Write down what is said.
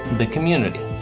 the community.